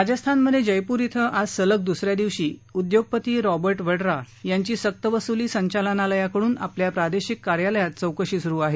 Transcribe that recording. राजस्थानमध्ये जयपूर कें आज सलग दुसऱ्या दिवशी उद्योगपती रॉबर्ट वद्रा यांची सक्तवसुली संचालनालयाकडून आपल्या प्रादेशिक कार्यालयात चौकशी सुरू आहे